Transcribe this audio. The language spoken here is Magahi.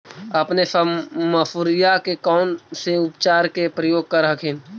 अपने सब मसुरिया मे कौन से उपचार के प्रयोग कर हखिन?